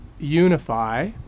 unify